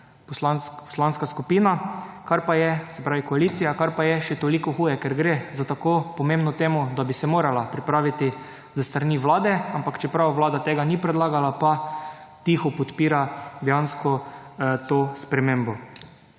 poslanska skupina, kar pa je, se pravi koalicija, kar pa je še toliko huje, ker gre za tako pomembno temo, da bi se morala pripraviti s strani vlade, ampak čeprav vlada tega ni predlagala, pa tiho podpira dejansko to spremembo.